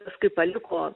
paskui paliko